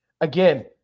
Again